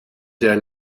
der